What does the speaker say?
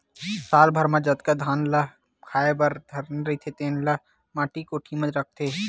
साल भर म जतका धान ल खाए बर धरना रहिथे तेन ल माटी कोठी म राखथे